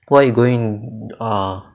what you going ah